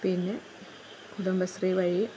പിന്ന കുടുംബശ്രീ വഴി